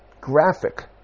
graphic